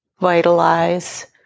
vitalize